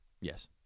Yes